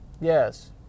Yes